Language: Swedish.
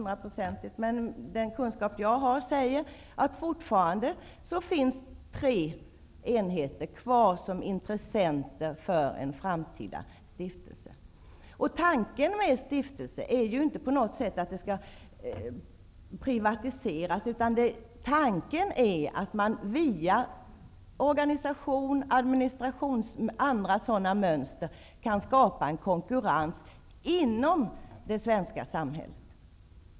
Den kunskap jag har säger att det fortfarande finns tre enheter kvar som intressenter för en framtida stiftelse. Tanken med stiftelse är inte att det skall ske en privatisering. I stället skall man via organisation, administration och andra sådana mönster skapa en konkurrens inom det svenska samhället.